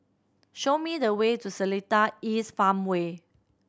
show me the way to Seletar East Farmway